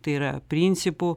tai yra principų